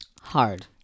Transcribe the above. Hard